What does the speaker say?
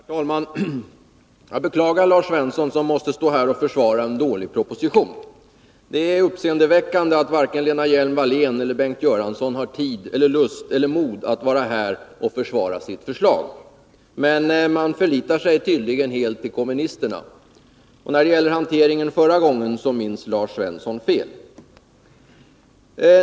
Herr talman! Jag beklagar Lars Svensson som måste stå här och försvara en dålig proposition. Det är uppseendeväckande att varken Lena Hjelm-Wallén eller Bengt Göransson har tid eller lust eller mod att vara här och försvara sitt förslag. Man förlitar sig tydligen helt på kommunisterna. När det vidare gäller hanteringen av frågan förra gången minns Lars Svensson fel.